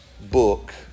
book